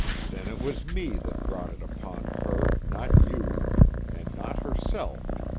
then it was me that brought it upon her, not you an' not herself,